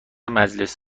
مجلس